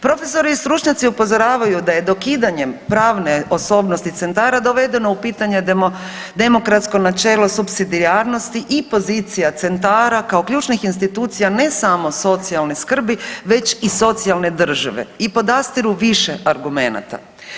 Profesori i stručnjaci upozoravaju da je dokidanjem pravne osobnosti centara dovedeno u pitanje demokratsko načelo supsidijarnosti i pozicija centara kao ključnih institucija ne samo socijalne skrbi već i socijalne države i podastiru više argumenata.